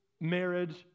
marriage